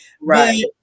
right